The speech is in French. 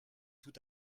tout